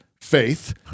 faith